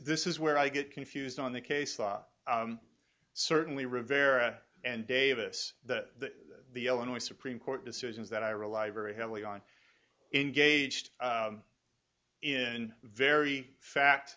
this is where i get confused on the case law certainly rivera and davis that the illinois supreme court decisions that i rely very heavily on engaged in very fact